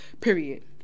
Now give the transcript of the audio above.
period